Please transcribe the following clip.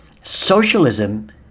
Socialism